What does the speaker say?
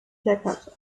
kleckerte